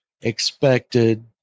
expected